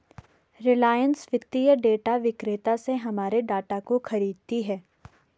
रिलायंस वित्तीय डेटा विक्रेता से हमारे डाटा को खरीदती है